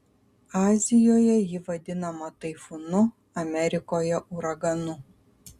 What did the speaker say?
azijoje ji vadinama taifūnu amerikoje uraganu